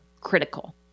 critical